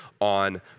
on